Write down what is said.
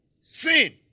sin